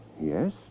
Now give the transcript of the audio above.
Yes